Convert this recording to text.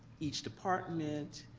each department,